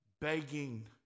Begging